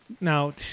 Now